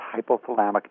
hypothalamic